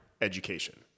education